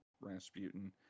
Rasputin